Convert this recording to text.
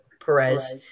Perez